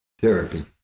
Therapy